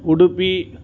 Udupi